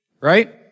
Right